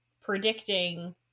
predicting